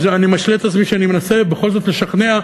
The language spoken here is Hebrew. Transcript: אני משלה את עצמי שאני מנסה בכל זאת לשכנע,